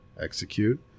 execute